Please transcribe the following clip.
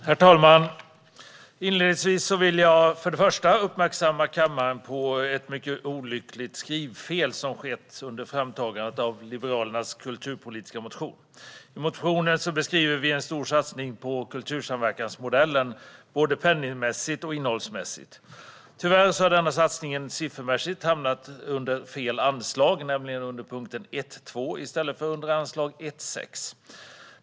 Herr talman! Inledningsvis vill jag, för det första, uppmärksamma kammaren på ett mycket olyckligt skrivfel som skett under framtagandet av Liberalernas kulturpolitiska motion. I motionen beskriver vi en stor satsning på kultursamverkansmodellen både penningmässigt och innehållsmässigt. Tyvärr har denna satsning siffermässigt hamnat under fel anslag, nämligen under 1:2 i stället för under anslag 1:6.